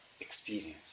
experience